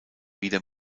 wieder